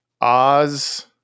Oz